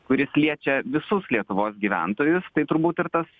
kuris liečia visus lietuvos gyventojus tai turbūt ir tas